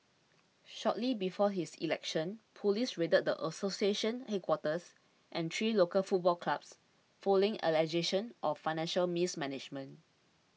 shortly before his election police raided the association's headquarters and three local football clubs following allegations of financial mismanagement